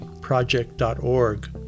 project.org